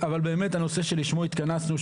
אבל באמת הנושא שלשמו התכנסנו,